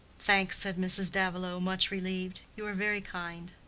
thanks, said mrs. davilow, much relieved. you are very kind.